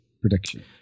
prediction